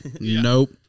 nope